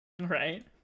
Right